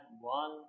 one